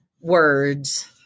words